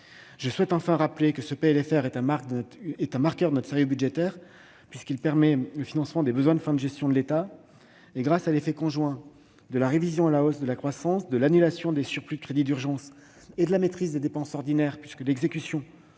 de loi de finances rectificative est un marqueur de notre sérieux budgétaire, puisqu'il contribue à financer les besoins de fin de gestion de l'État. Grâce à l'effet conjoint de la révision à la hausse de la croissance, de l'annulation des surplus de crédits d'urgence et de la maîtrise des dépenses ordinaires- celles-ci